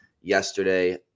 yesterday